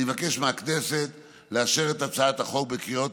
אני מבקש מהכנסת לאשר את הצעת החוק בקריאות